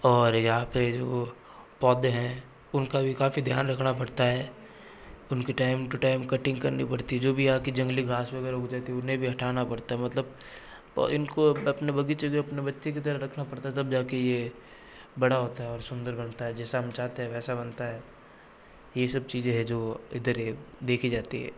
और यहाँ पे जो पौधें हैं उनका भी काफ़ी ध्यान रखना पड़ता है उनकी टाइम टु टाइम कटिंग करनी पड़ती है जो भी यहाँ की जंगली घास वगैरह उग जाती है उन्हें भी हटाना पड़ता है मतलब इनको अपने बगीचे के अपने बच्चे की तरह रखना पड़ता तब जा के ये बड़ा होता है और सुंदर बनता है जैसा हम चाहते हैं वैसा बनता है ये सब चीज़ें हैं जो इधर देखी जाती हैं